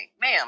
Ma'am